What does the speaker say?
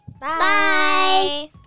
Bye